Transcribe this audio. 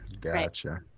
Gotcha